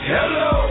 Hello